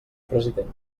president